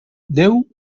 déu